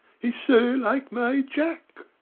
he's so like my jack!